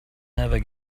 never